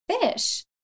fish